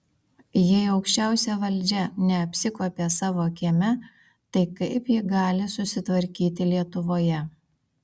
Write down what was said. jei aukščiausia valdžia neapsikuopia savo kieme tai kaip ji gali susitvarkyti lietuvoje